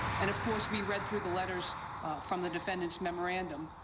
and of course we read through the letters from the defendant's memorandum.